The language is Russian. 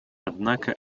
однако